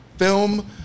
film